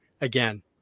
again